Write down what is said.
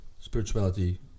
spirituality